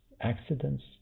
accidents